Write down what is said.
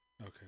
Okay